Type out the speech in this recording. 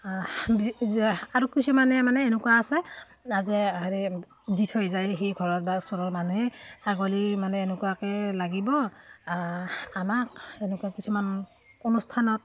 আৰু কিছুমানে মানে এনেকুৱা আছে যে হেৰি দি থৈ যায়হি ঘৰৰ বা ওচৰৰ মানুহে ছাগলী মানে এনেকুৱাকৈ লাগিব আমাক এনেকুৱা কিছুমান অনুষ্ঠানত